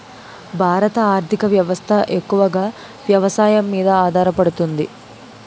భారత ఆర్థిక వ్యవస్థ ఎక్కువగా వ్యవసాయం మీద ఆధారపడుతుంది